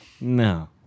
No